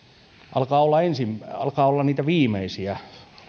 tämä alkaa olla niitä viimeisiä